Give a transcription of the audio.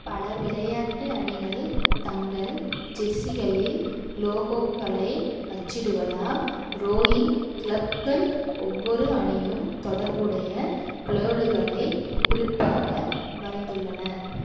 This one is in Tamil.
பல விளையாட்டு அணிகள் தங்கள் ஜெர்சிகளில் லோகோக்களை அச்சிடுவதால் ரோயிங் க்ளப்கள் ஒவ்வொரு அணியும் தொடர்புடைய பிளேடுகளை குறிப்பாக வரைந்துள்ளன